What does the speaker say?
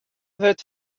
wurdt